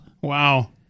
Wow